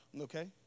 Okay